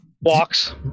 walks